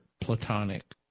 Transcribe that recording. platonic